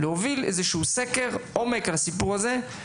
להוביל איזשהו סקר עומק על הסיפור הזה?